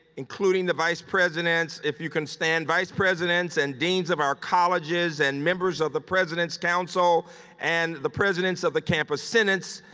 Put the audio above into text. including the vice presidents. if you can stand, vice presidents and deans of our colleges and members of the president's council and the presidents of the campus senates,